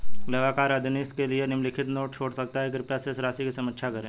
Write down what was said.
लेखाकार अधीनस्थ के लिए निम्नलिखित नोट छोड़ सकता है कृपया शेष राशि की समीक्षा करें